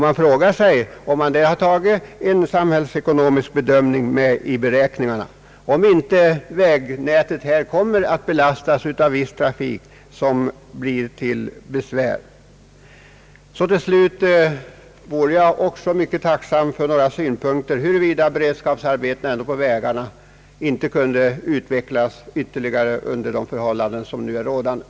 Man frågar sig om det därvid har gjorts en samhällsekonomisk bedömning och om inte vägnätet kommer att belastas av viss trafik som blir till besvär. Till slut vore jag också mycket tacksam för några synpunkter på frågan huruvida beredskapsarbetena på vägarna ändå inte kunde utvecklas ytterligare under de förhållanden som nu råder.